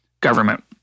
government